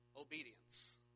obedience